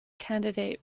candidate